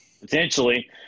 potentially